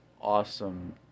awesome